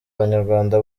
abanyarwanda